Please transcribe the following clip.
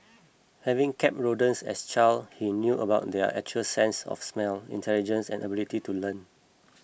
having kept rodents as a child he knew about their acute sense of smell intelligence and ability to learn